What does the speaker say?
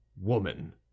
woman